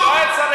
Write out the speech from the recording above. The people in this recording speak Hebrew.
הוא לא היה צריך.